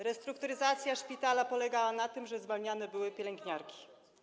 Restrukturyzacja szpitala polegała na tym, że były zwalniane pielęgniarki.